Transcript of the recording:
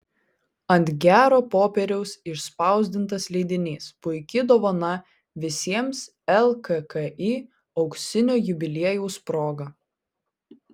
ant gero popieriaus išspausdintas leidinys puiki dovana visiems lkki auksinio jubiliejaus proga